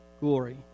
glory